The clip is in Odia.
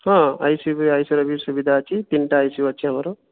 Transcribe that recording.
ହଁ ଆଇ ସି ୟୁ ବି ଆଇସିୟୁର ବି ସୁବିଧା ଅଛି ତିନିଟା ଆଇ ସି ୟୁ ଅଛି ଆମର